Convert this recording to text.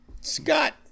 Scott